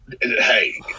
Hey